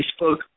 Facebook